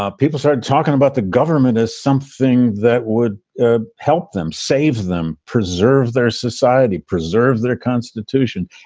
ah people started talking about the government as something that would ah help them, save them, preserve their society, preserve their constitution,